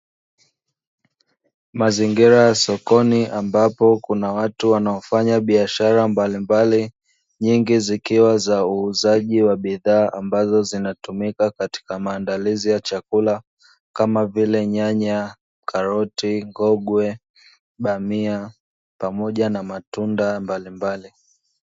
Mazingira ya sokoni ambapo kuna watu wanaofanya biashara mbalimbali, nyingi zikiwa za uuzaji wa bidhaa ambazo zinatumika katika maandalizi ya chakula, kama vile: nyanya, karoti, ngogwe, bamia pamoja na matunda mbalimbali.